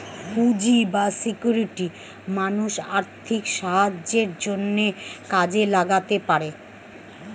পুঁজি বা সিকিউরিটি মানুষ আর্থিক সাহায্যের জন্যে কাজে লাগাতে পারে